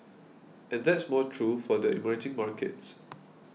and that's more true for the emerging markets